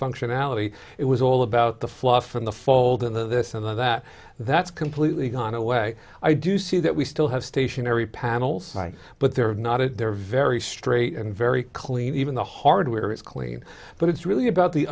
functionality it was all all about the fluff from the fold into this and that that's completely gone away i do see that we still have stationary panels but they're not it they're very straight and very clean even the hardware is clean but it's really about the